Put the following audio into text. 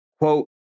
Quote